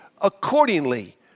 accordingly